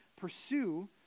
pursue